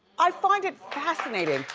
i find it fascinating.